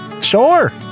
Sure